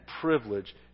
privilege